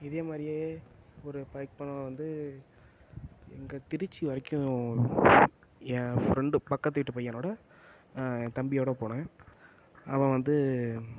இதே மாதிரியே ஒரு பைக் பயணம் வந்து எங்கள் திருச்சி வரைக்கும் என் ஃப்ரெண்டு பக்கத்து வீட்டு பையனோடு என் தம்பியோடு போனேன் அவன் வந்து